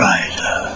Rider